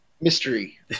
mystery